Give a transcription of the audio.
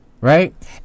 Right